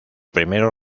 primeros